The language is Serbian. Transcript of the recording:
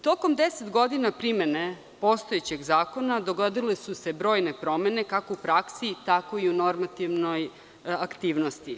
Tokom 10 godina primene postojećeg zakona dogodile su se brojne promene kako u praksi tako i u normativnoj aktivnosti.